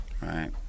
Right